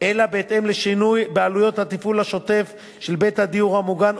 אלא בהתאם לשינוי בעלויות התפעול השוטף של בית הדיור המוגן,